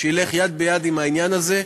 שילך יד ביד עם העניין הזה,